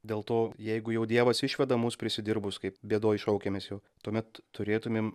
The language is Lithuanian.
dėl to jeigu jau dievas išveda mus prisidirbus kaip bėdoj šaukiamės jo tuomet turėtumėm